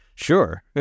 Sure